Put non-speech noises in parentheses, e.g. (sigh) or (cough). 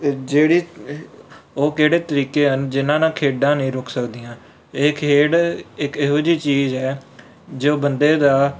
ਅ ਜਿਹੜੀ (unintelligible) ਉਹ ਕਿਹੜੇ ਤਰੀਕੇ ਹਨ ਜਿਹਨਾਂ ਨਾਲ ਖੇਡਾਂ ਨਹੀਂ ਰੁਕ ਸਕਦੀਆਂ ਇਹ ਖੇਡ ਇੱਕ ਇਹੋ ਜਿਹੀ ਚੀਜ਼ ਹੈ ਜੋ ਬੰਦੇ ਦਾ